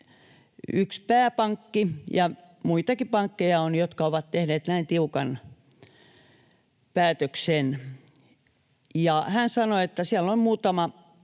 yksi pääpankki, ja muitakin pankkeja on, jotka ovat tehneet näin tiukan päätöksen. Hän sanoi, että siellä on muutama